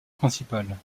principale